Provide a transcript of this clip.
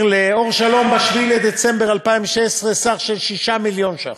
ב-7 בדצמבר 2016, סך של 6 מיליון ש"ח,